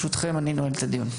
ברשותכם, אני נועל את הדיון.